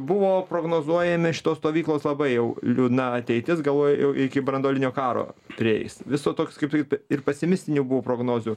buvo prognozuojami šitos stovyklos labai jau liūdna ateitis galvojo jau iki branduolinio karo prieis viso toks kaip ir pesimistinių buvo prognozių